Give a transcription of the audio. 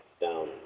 down